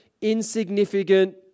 insignificant